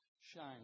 shine